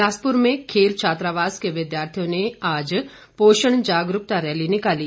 बिलासपुर में खेल छात्रावास के विद्यार्थियों ने आज पोषण जागरूकता रैली निकाली